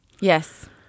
Yes